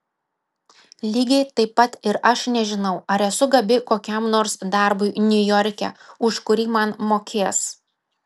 lygiai taip pat ir aš nežinau ar esu gabi kokiam nors darbui niujorke už kurį man mokės